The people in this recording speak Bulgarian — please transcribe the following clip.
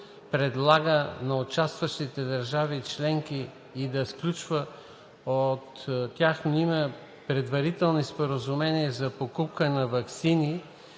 предлага на участващите държави членки и да сключва от тяхно име предварителни споразумения за покупка на ваксини